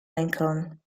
lincoln